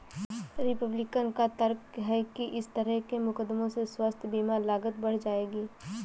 Republican का तर्क है कि इस तरह के मुकदमों से स्वास्थ्य बीमा लागत बढ़ जाएगी